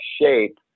shape